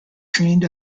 trained